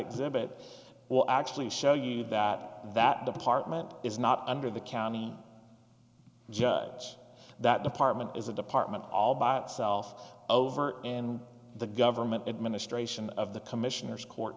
exhibit will actually show you that that department is not under the county judge that department is a department all by itself over and the government administration of the commissioners court